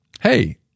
hey